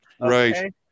right